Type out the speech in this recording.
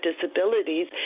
disabilities